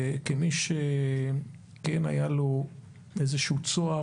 כמי שכן היה לו איזשהו צוהר,